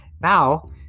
Now